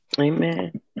Amen